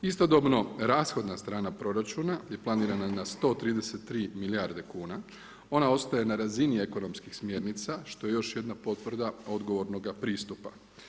Istodobno rashoda strana proračuna, je planirana na 133 milijarde kuna, ona ostaje na razini ekonomskih smjernica, što je još jedna potvrda odgovornoga pristupa.